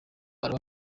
araba